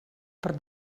per